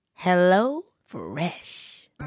HelloFresh